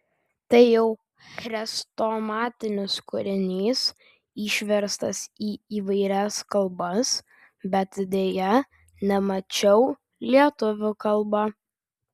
tai jau chrestomatinis kūrinys išverstas į įvairias kalbas bet deja nemačiau lietuvių kalba